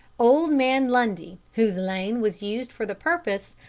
old man lundy, whose lane was used for the purpose,